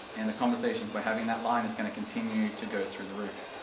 and the conversations we're having that line is gonna continue to go through the roof.